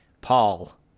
Paul